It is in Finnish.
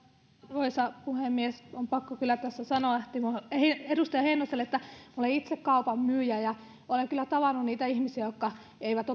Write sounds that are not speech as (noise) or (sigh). arvoisa puhemies on pakko kyllä tässä sanoa edustaja heinoselle että olen itse kaupan myyjä ja olen kyllä tavannut niitä ihmisiä jotka eivät (unintelligible)